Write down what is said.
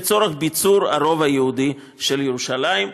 לצורך ביצור הרוב היהודי של ירושלים.